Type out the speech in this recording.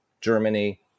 Germany